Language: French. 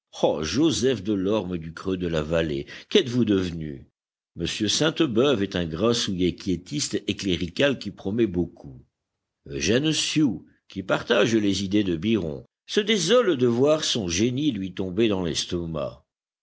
joseph delorme du creux de la vallée qu'êtes-vous devenu m sainte-beuve est un grassouillet quiétiste et clérical qui promet beaucoup eugène sue qui partage les idées de byron se désole de voir son génie lui tomber dans l'estomac